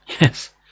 yes